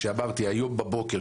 כשאמרתי שהיום בבוקר,